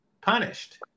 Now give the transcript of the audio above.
punished